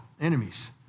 enemies